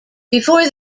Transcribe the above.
before